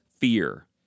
fear